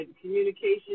communication